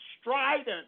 strident